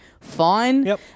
fine